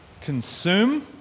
consume